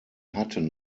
hatten